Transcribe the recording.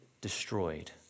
destroyed